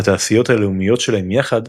התעשיות הלאומיות שלהם יחד,